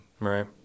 Right